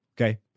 Okay